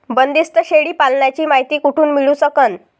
बंदीस्त शेळी पालनाची मायती कुठून मिळू सकन?